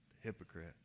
hypocrites